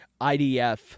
IDF